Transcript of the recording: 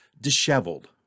disheveled